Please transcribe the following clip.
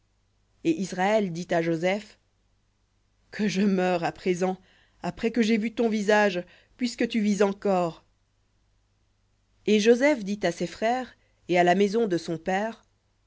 et israël dit à joseph que je meure à présent après que j'ai vu ton visage puisque tu vis encore et joseph dit à ses frères et à la maison de son père